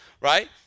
right